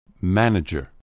Manager